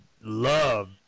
love